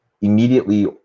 immediately